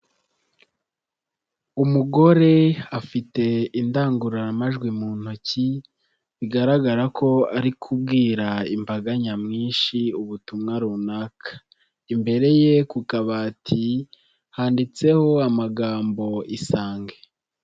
Umugore afite indangururamajwi mu ntoki bigaragara ko ari kubwira imbaga nyamwinshi ubutumwa runaka, imbere ye ku kabati handitseho amagambo Isange.